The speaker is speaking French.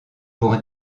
pour